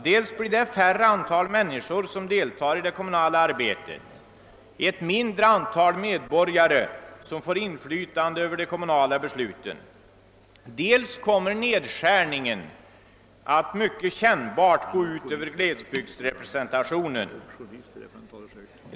Dels blir det färre människor som deltar i det kommunala arbetet och ett mindre antal medborgare som får inflytande över de kommunala besluten, dels kommer nedskärningar att mycket kännbart gå ut över glesbygdsrepresentationen.